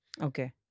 Okay